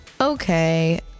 Okay